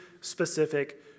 specific